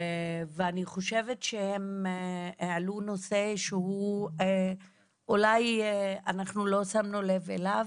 ואני חושבת שהם העלו נושא שהוא אולי אנחנו לא שמנו לב אליו,